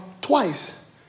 twice